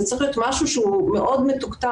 זה צריך להיות משהו שהוא מאוד מתוקתק.